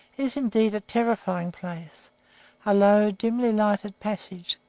is indeed a terrifying place a low, dimly lighted passage,